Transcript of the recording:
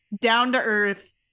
down-to-earth